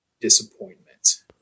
disappointment